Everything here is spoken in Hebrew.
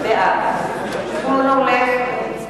בעד זבולון אורלב,